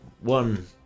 one